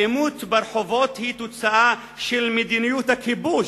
האלימות ברחובות היא תוצאה של מדיניות הכיבוש".